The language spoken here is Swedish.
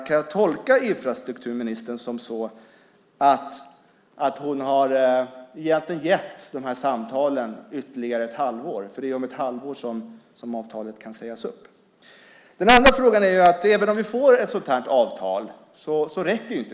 Kan jag tolka infrastrukturminister så att hon har gett de här samtalen ytterligare ett halvår? Det är ju om ett halvår som avtalet kan sägas upp. Den andra frågan är att det inte räcker även om vi får ett sådant avtal.